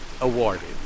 awarded